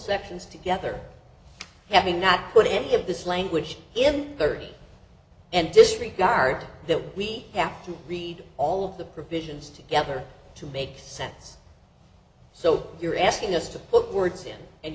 sections together having not put any of this language in thirty and disregard that we have to read all the provisions together to make sense so you're asking us to put words in and